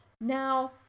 Now